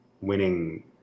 winning